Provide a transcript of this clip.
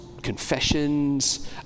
confessions